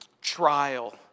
trial